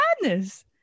madness